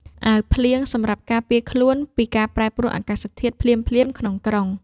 អាវភ្លៀង សម្រាប់ការពារខ្លួនពីការប្រែប្រួលអាកាសធាតុភ្លាមៗក្នុងក្រុង។